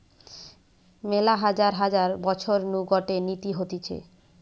মেলা হাজার হাজার বছর নু গটে নীতি হতিছে